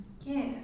Yes